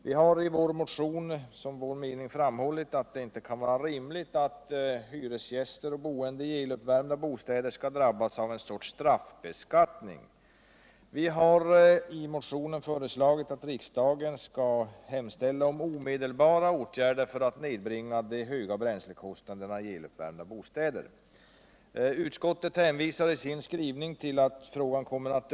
Vi har i vår motion som vår mening framhållit att det inte Utskouet hänvisar i sin skrivning till att frågan kommer att övervägas i Energisparplan annat större sammanhang och avstyrker därför bifall till motionen.